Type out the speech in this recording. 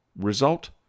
Result